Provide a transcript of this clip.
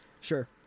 Sure